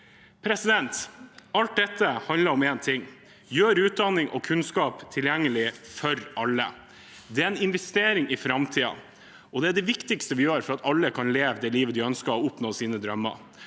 år. Alt dette handler om én ting: å gjøre utdanning og kunnskap tilgjengelig for alle. Det er en investering i framtiden, og det er det viktigste vi gjør for at alle skal kunne leve det livet de ønsker, og oppnå sine drømmer.